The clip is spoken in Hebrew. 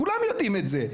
כולם יודעים את זה.